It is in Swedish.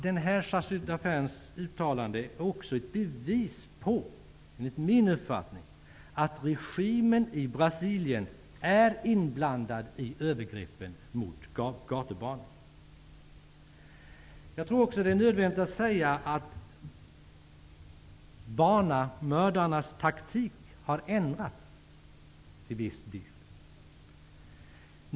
Denna chargé-d'affaires uttalande är enligt min uppfattning också ett bevis på att regimen i Brasilien är inblandad i övergreppen mot gatubarnen. Det är också nödvändigt att påpeka att barnamördarnas taktik till viss del har ändrats.